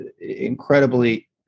incredibly